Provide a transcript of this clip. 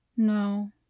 No